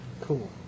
Cool